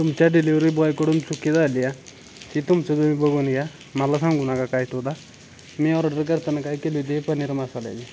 तुमच्या डिलीवरी बॉयकडून चूक झाली आहे ती तुमचं तुम्ही बघून घ्या मला सांगू नका काय तुला मी ऑर्डर करताना काय केली होती पनीर मसाल्याची